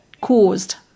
caused